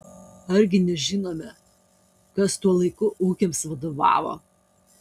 argi nežinome kas tuo laiku ūkiams vadovavo